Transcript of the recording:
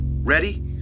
Ready